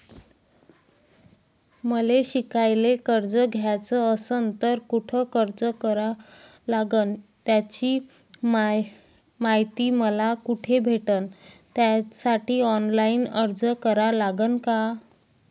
मले शिकायले कर्ज घ्याच असन तर कुठ अर्ज करा लागन त्याची मायती मले कुठी भेटन त्यासाठी ऑनलाईन अर्ज करा लागन का?